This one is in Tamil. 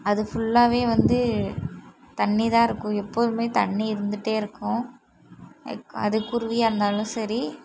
அது ஃபுல்லாகவே வந்து தண்ணி தான் இருக்கும் எப்போதுமே தண்ணி இருந்துகிட்டே இருக்கும் இது அது குருவியாக இருந்தாலும் சரி